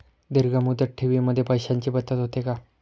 दीर्घ मुदत ठेवीमध्ये पैशांची बचत होते का?